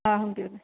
ꯑꯝꯇ ꯍꯪꯕꯤꯌꯨꯅꯦ